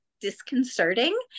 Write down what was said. disconcerting